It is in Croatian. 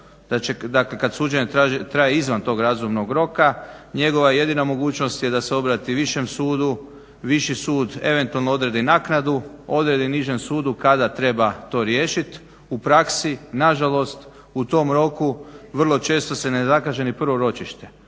predugo, kad suđenje traje izvan tog razumnog roka, njegova jedina mogućnost je da se obrati višem sudu, viši sud eventualno odredi naknadu, odredi nižem sudu kada treba to riješiti, u praksi na žalost u tom roku vrlo često se ne zakaže ni prvo ročište,